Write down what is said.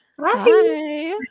Hi